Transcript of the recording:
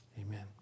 amen